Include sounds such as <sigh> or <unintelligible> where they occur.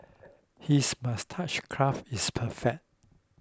his moustache <unintelligible> is perfect